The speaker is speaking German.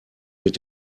mit